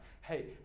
hey